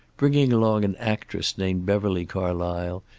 bringing along an actress named beverly carlysle,